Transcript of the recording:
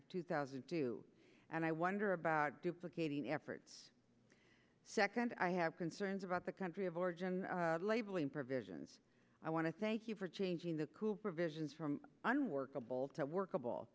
of two thousand and do and i wonder about duplicating efforts second i have concerns about the country of origin labeling provisions i want to thank you for changing the provisions from unworkable to workable